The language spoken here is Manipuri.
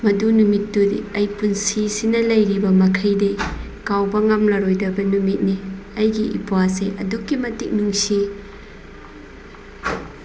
ꯃꯗꯨ ꯅꯨꯃꯤꯠꯇꯨꯗꯤ ꯑꯩ ꯄꯨꯟꯁꯤꯁꯤꯅ ꯂꯩꯔꯤꯕ ꯃꯈꯩꯗꯤ ꯀꯥꯎꯕ ꯉꯝꯂꯔꯣꯏꯗꯕ ꯅꯨꯃꯤꯠꯅꯤ ꯑꯩꯒꯤ ꯏꯄ꯭ꯋꯥꯁꯦ ꯑꯗꯨꯛꯀꯤ ꯃꯇꯤꯛ ꯅꯨꯡꯁꯤ